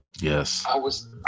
Yes